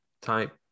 type